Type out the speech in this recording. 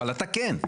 אבל אתה כן.